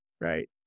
Right